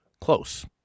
Close